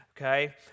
Okay